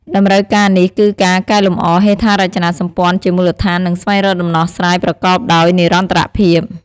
តម្រូវការនេះគឺការកែលម្អហេដ្ឋារចនាសម្ព័ន្ធជាមូលដ្ឋាន និងស្វែងរកដំណោះស្រាយប្រកបដោយនិរន្តរភាព។